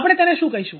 આપણે તેને શું કહીશું